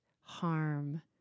harm